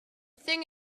thing